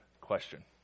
question